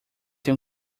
ter